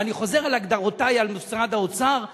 ואני חוזר על הגדרותי על משרד האוצר,